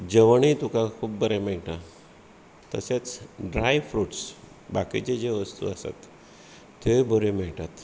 जेवणूय तुका खूब बरें मेळटा तशेंच ड्राय फ्रुट्स बाकिचे जे वस्तू आसात त्योय बऱ्यो मेळटात